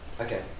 Okay